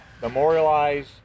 memorialize